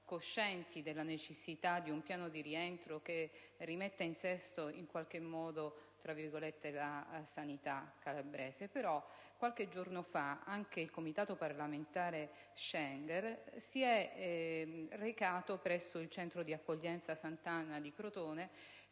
coscienti della necessità di un piano di rientro che rimetta in sesto la sanità calabrese. Qualche giorno fa, però, anche il Comitato parlamentare Schengen si è recato presso il centro di accoglienza Sant'Anna di Crotone,